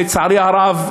לצערי הרב,